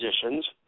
positions